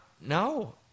no